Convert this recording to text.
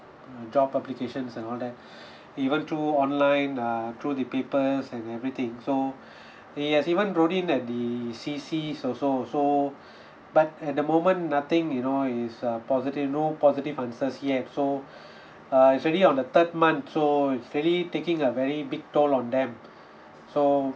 job applications and all that even through online err through the papers and everything so he has even wrote in at the C_Cs also so but at the moment nothing you know is uh positive no positive answers yet so uh he's already on the third month so it's really taking a very big toll on them so